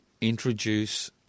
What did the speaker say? introduce